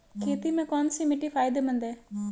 खेती में कौनसी मिट्टी फायदेमंद है?